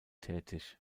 tätig